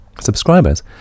Subscribers